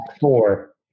four